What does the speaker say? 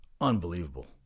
Unbelievable